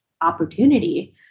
opportunity